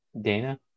Dana